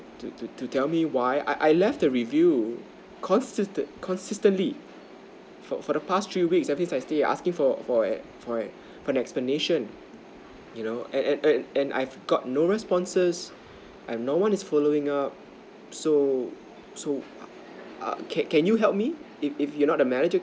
to to to tell me why I I left the review consistent~ consistently for for the past three weeks ever since I stay I've been asking for for for ex~ for explanation you know and and and and I've got no responses and no one is following up so so err can can you help me if if you're not the manager